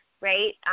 right